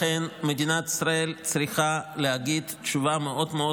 לכן מדינת ישראל צריכה להגיד תשובה מאוד מאוד